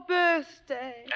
birthday